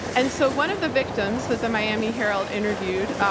and so, one of the victims that the miami herald interviewed,